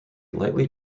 lightly